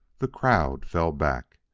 the crowd fell back.